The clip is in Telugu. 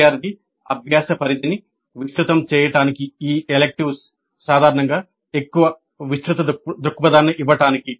విద్యార్ధి అభ్యాస పరిధిని విస్తృతం చేయడానికి ఈ Electives సాధారణంగా ఎక్కువ విస్తృత దృక్పథాన్ని ఇవ్వడానికి